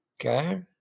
Okay